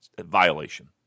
violation